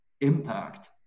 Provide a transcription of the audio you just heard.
impact